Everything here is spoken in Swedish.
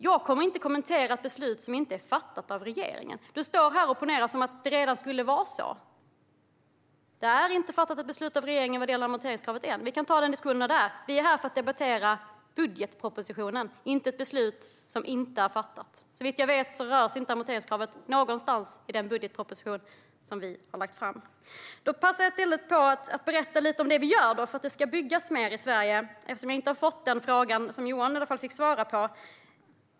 Jag kommer inte att kommentera ett beslut som inte är fattat av regeringen. Robert Hannah opponerar som om det redan vore på ett visst sätt. Regeringen har inte fattat något beslut om amorteringskravet än. Vi kan ta den diskussionen när vi är där. I dag är vi här för att debattera budgetpropositionen, inte ett beslut som ännu inte är fattat. Såvitt jag vet berörs inte amorteringskravet i den budgetproposition som vi har lagt fram. Eftersom jag inte fick den fråga som Johan Löfstrand fick svara på passar jag på att berätta lite om vad vi faktiskt gör för att det ska byggas mer i Sverige.